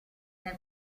nel